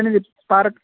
अनि पार्क